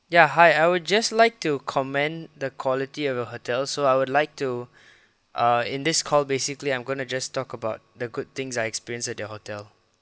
ya hi I'll just like to comment the quality of your hotel so I would like to uh in this call basically I'm going to just talk about the good things I experience at the hotel